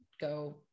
go